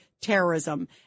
terrorism